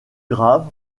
grave